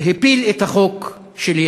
הפיל את החוק שלי,